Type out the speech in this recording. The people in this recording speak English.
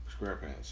Squarepants